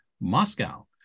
Moscow